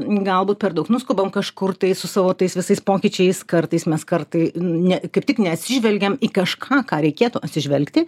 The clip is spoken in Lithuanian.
galbūt per daug nuskubam kažkur tai su savo tais visais pokyčiais kartais mes kartai ne kaip tik neatsižvelgiam į kažką ką reikėtų atsižvelgti